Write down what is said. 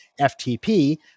FTP